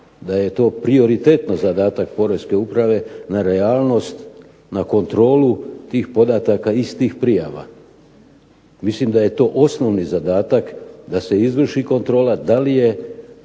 da je to prioritetno zadatak poreske uprave na kontrolu tih podataka iz tih prijava. Mislim da je to osnovni zadatak da se izvrši kontrola da li je